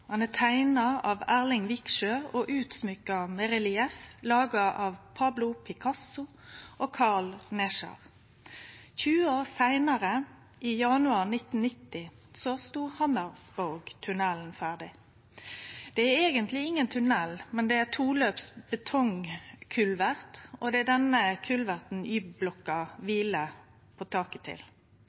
er teikna av Erling Viksjø og utsmykka med relieff laga av Pablo Picasso og Carl Nesjar. 20 år seinare, i januar 1990, stod Hammersborgtunnelen ferdig. Det er eigentleg ingen tunnel, men det er ein toløps betongkulvert, og det er denne kulverten Y-blokka kviler på taket til.